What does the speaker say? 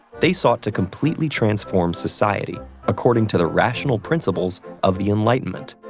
they sought to completely transform society according to the rational principles of the enlightenment.